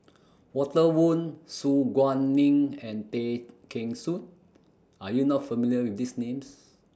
Walter Woon Su Guaning and Tay Kheng Soon Are YOU not familiar with These Names